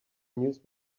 news